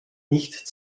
nicht